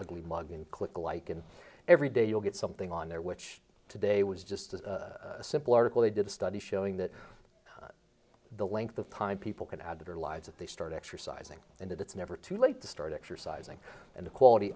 ugly mug and click like and every day you'll get something on there which today was just a simple article they did a study showing that the length of time people can add to their lives if they start exercising and it's never too late to start exercising and the quality